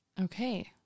Okay